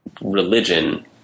religion